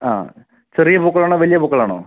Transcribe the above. ആ ചെറിയ പൂക്കളാണോ വലിയ പൂക്കളാണോ